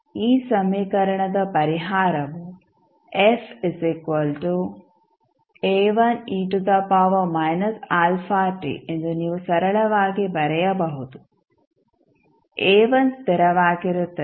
ಆದ್ದರಿಂದ ಈ ಸಮೀಕರಣದ ಪರಿಹಾರವು ಎಂದು ನೀವು ಸರಳವಾಗಿ ಬರೆಯಬಹುದು ಸ್ಥಿರವಾಗಿರುತ್ತದೆ